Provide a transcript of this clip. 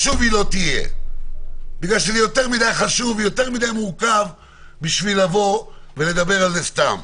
כי זה יותר מדי חשוב ומורכב בשביל לדבר על זה סתם.